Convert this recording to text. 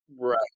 Right